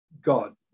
God